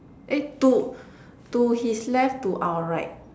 eh to to his left to our right